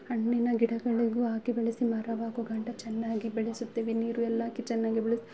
ಹಣ್ಣಿನ ಗಿಡಗಳಿಗು ಹಾಕಿ ಬೆಳೆಸಿ ಮರವಾಗೋಗಂಟ ಚೆನ್ನಾಗಿ ಬೆಳೆಸುತ್ತೇವೆ ನೀರು ಎಲ್ಲ ಹಾಕಿ ಚೆನ್ನಾಗಿ ಬೆಳೆಸು